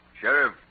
Sheriff